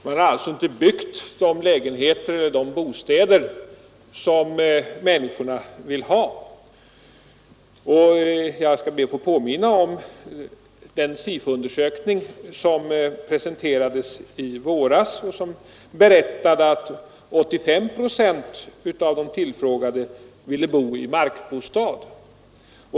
Man har alltså inte byggt de bostäder som människorna vill ha. Jag ber att få påminna om den SIFO-undersökning som presenterades i våras och som berättade att 85 procent av de tillfrågade ville bo i markbostad.